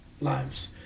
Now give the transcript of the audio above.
lives